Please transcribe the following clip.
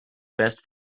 best